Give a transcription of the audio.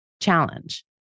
challenge